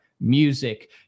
music